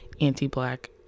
anti-Black